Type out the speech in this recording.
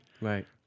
Right